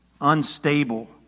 unstable